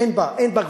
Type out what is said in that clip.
אין בה גבולות,